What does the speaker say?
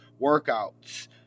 workouts